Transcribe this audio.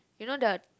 you know the